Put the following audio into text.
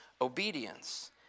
obedience